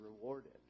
rewarded